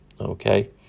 okay